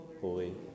Holy